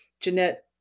Jeanette